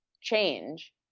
change